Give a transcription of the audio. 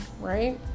right